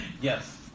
Yes